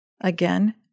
Again